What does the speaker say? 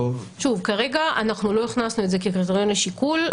כרגע לא הכנסנו את זה כקריטריון לשיקול.